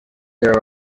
there